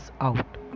out